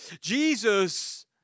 Jesus